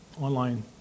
online